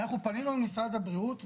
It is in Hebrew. אנחנו פנינו למשרד הבריאות,